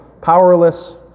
powerless